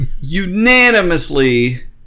unanimously